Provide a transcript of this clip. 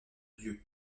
dieu